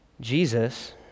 Jesus